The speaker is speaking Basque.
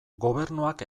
gobernuak